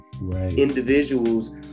individuals